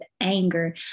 anger